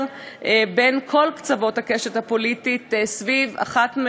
בין כל קצוות הקשת הפוליטית סביב אחת,